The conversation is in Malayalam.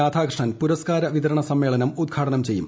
രാധാകൃഷ്ണൻ പുരസ്കാര വിതരണ സമ്മേളനം ഉദ്ഘാടനം ചെയ്യും